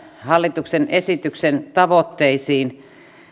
hallituksen esityksen tavoitteisiin